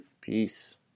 Peace